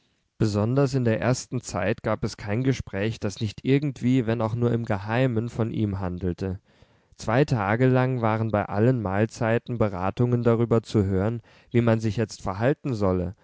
besonders in der ersten zeit gab es kein gespräch das nicht irgendwie wenn auch nur im geheimen von ihm handelte zwei tage lang waren bei allen mahlzeiten beratungen darüber zu hören wie man sich jetzt verhalten solle